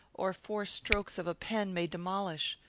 or four strokes of a pen may demolish.